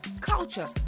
culture